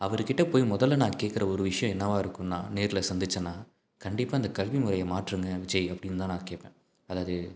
அவருக்கிட்டே போய் முதல்ல நான் கேக்கிற ஒரு விஷயம் என்னவா இருக்கும்னா நேரில் சந்தித்தோனா கண்டிப்பாக இந்த கல்விமுறையை மாற்றுங்கள் விஜய் அப்படின்தான் நான் கேட்பேன் அதாவது